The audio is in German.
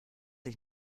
ich